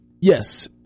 Yes